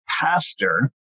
pastor